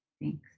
Thanks